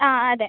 ആ അതെ